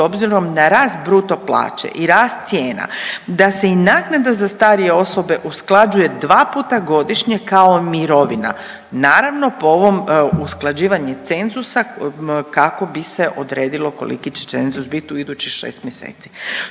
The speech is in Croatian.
obzirom na rast bruto plaće i rast cijena, da se i naknada za starije osobe usklađuje dva puta godišnje kao mirovina. Naravno, po ovom usklađivanju cenzusa, kako bi se odredilo koliki će cenzus biti u idućih 6 mjeseci.